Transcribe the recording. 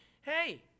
hey